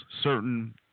certain